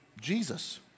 Jesus